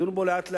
לדון בו לאט-לאט,